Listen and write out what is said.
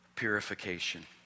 purification